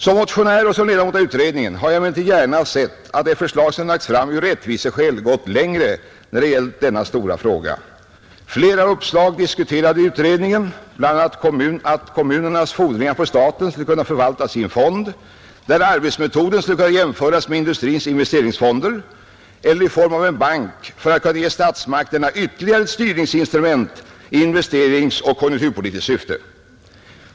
Som motionär och som ledamot av utredningen hade jag emellertid gärna sett att det förslag som lagts fram av rättviseskäl gått längre när det gäller denna stora fråga. Flera uppslag diskuterades i utredningen, bl.a. att kommunernas fordringar på staten kunde förvaltas i en fond — där arbetsmetoden skulle kunna jämföras med industrins investeringsfonder — eller i form av en bank för att ge statsmakterna ytterligare ett styrningsinstrument i investeringsoch konjunkturpolitiskt syfte.